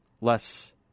less